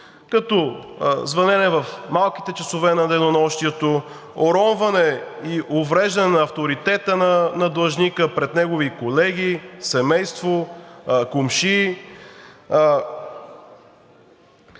като звънене в малките часове на денонощието, уронване и увреждане на авторитета на длъжника пред негови колеги, семейство, комшии.